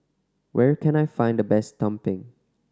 where can I find the best tumpeng